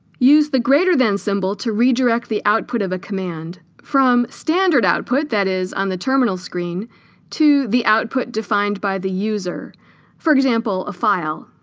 use the greater than symbol to redirect the output of a command from standard output that is on the terminal screen to the output defined by the user for example a file